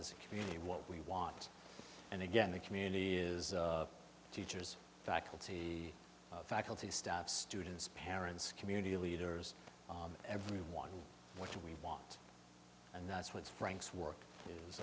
as a community what we want and again the community is teachers faculty faculty staff students parents community leaders everyone what we want and that's what frank's work is